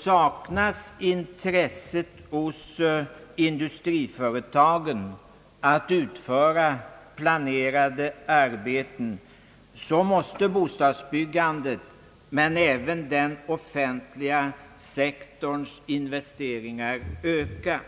Saknas intresset hos industriföretagen att utföra planerade arbeten måste bostadsbyggandets men även den offentliga sektorns investeringar öka.